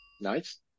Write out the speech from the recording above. Nice